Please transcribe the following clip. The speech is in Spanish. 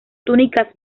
túnicas